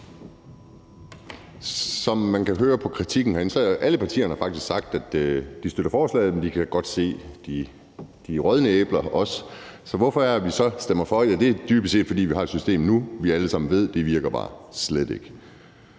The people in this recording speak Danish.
Som man kan høre på kritikken herinde, har alle partier faktisk sagt, at de støtter forslaget, men at de også godt kan se de rådne æbler. Så hvorfor er det, at vi så stemmer for? Ja, det er dybest set, fordi vi har et system nu, som vi alle sammen ved bare slet ikke